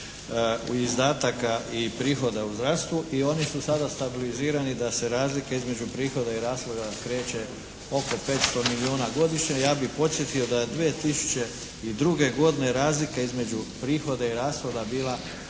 izdataka i prihoda u zdravstvu. I oni su sada stabilizirani da se razlika između prihoda i rashoda kreće oko 500 milijuna godišnje. Ja bih podsjetio da je 2002. godine razlika između prihoda i rashoda bila